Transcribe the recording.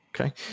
Okay